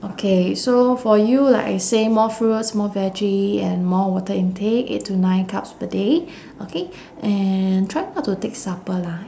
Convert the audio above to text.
okay so for you like I say more fruits more veggie and more water intake eight to nine cups per day okay and try not to take supper lah